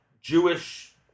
Jewish